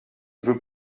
veux